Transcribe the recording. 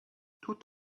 tout